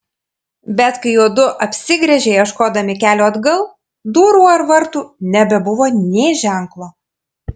bet kai juodu apsigręžė ieškodami kelio atgal durų ar vartų nebebuvo nė ženklo